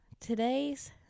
today's